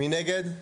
3 נגד,